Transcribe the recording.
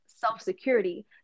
self-security